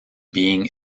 being